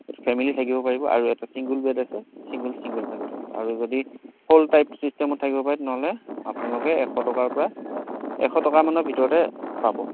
এইটো ফেমিলি থাকিব পাৰিব আৰু এটা চিংগুল বেড আছে চিংগুল চিংগুল ভাগে থাকিব আৰু যদি হ'ল টাইপ ছিষ্টেমত থাকিব পাৰে তেনেহ'লে আপোনালোকে এশ টকাৰ পৰা এশ টকা মানৰ ভিতৰতে পাব